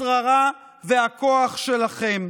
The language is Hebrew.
השררה והכוח שלכם.